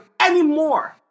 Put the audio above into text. anymore